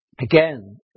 again